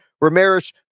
Ramirez